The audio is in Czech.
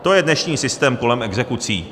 To je dnešní systém kolem exekucí.